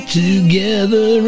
together